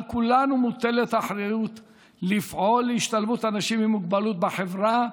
על כולנו מוטלת האחריות לפעול להשתלבות אנשים עם מוגבלות בחברה,